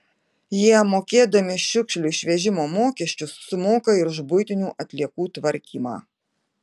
jie mokėdami šiukšlių išvežimo mokesčius sumoka ir už buitinių atliekų tvarkymą